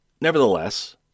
Nevertheless